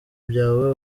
byawe